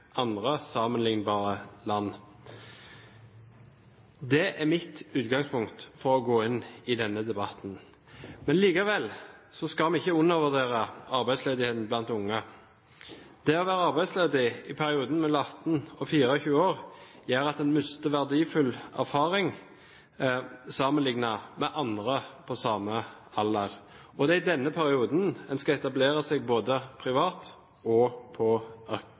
andre sammenlignbare land. Det er mitt utgangspunkt for å gå inn i denne debatten. Men likevel skal vi ikke undervurdere arbeidsledigheten blant unge. Det å være arbeidsledig i perioden mellom 18 og 24 år gjør at man mister verdifull erfaring sammenlignet med andre på samme alder, og det er i denne perioden en skal etablere seg, både privat og på